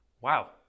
wow